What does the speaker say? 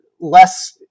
less